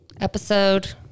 Episode